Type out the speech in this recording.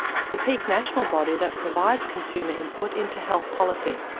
the peak national body that provides consumer input into health policy.